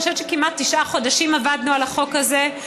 אני חושבת שכמעט תשעה חודשים עבדנו על החוק הזה.